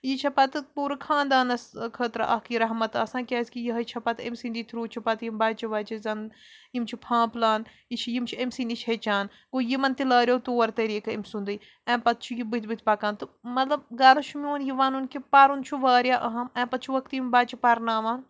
یہِ چھےٚ پَتہٕ پوٗرٕ خانٛدانَس خٲطرٕ اَکھ یہِ رحمَت آسان کیٛازکہِ یِہوٚے چھےٚ پَتہٕ أمۍ سِنٛدی تھرٛوٗ چھِ پَتہٕ یِم بَچہِٕ وَچہٕ زَن یِم چھِ پھانٛپلان یہِ چھِ یِم چھِ أمۍسی نِش ہیٚچھان گوٚو یِمَن تہِ لاریو طور طریٖقہٕ أمۍ سُنٛدٕے اَمۍ پَتہٕ چھُ یہِ بٕتھِ بٕتھِ پَکان تہٕ مطلب غرٕض چھُ میون یہِ وَنُن کہِ پَرُن چھُ واریاہ اَہم اَمۍ پَتہٕ چھُوَکھ تِم بَچہٕ پَرناوان